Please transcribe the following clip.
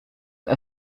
are